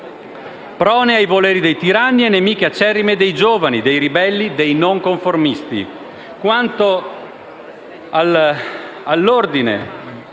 prone ai voleri dei tiranni e nemiche acerrime dei giovani, dei ribelli, dei non‑conformisti».